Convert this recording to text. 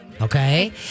Okay